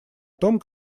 том